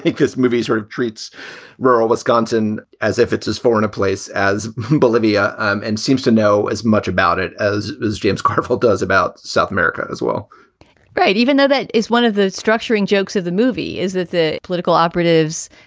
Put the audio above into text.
because movies are sort of treats rural wisconsin as if it's as foreign a place as bolivia and seems to know as much about it as as james carville does about south america as well right. even though that is one of the structuring jokes of the movie, is that the political operatives,